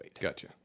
Gotcha